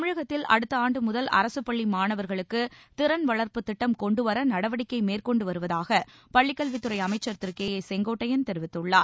தமிழகத்தில் அடுத்த ஆண்டு முதல் அரசுப்பள்ளி மாணவர்களுக்கு திறன் வளர்ப்புத்திட்டம் கொண்டுவர நடவடிக்கை மேற்கொண்டு வருவதாக பள்ளிக்கல்வித்துறை அமைச்சர் திரு கே ஏ செங்கோட்டையன் தெரிவித்துள்ளார்